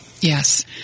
Yes